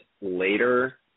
later